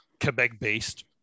Quebec-based